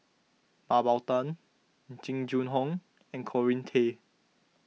Mah Bow Tan Jing Jun Hong and Corrinne Kay